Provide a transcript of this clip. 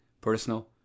personal